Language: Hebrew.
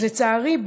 אז לצערי,